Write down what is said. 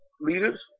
leaders